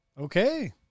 Okay